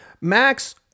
Max